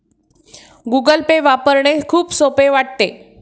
Google Pay वापरणे खूप सोपे वाटते